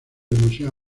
museo